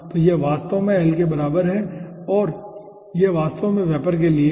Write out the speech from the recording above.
तो यह वास्तव में l के बराबर है और यह वास्तव में वेपर के लिए है